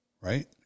right